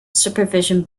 supervision